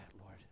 Lord